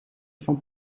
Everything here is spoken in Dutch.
van